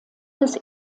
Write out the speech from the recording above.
des